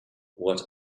what